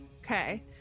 okay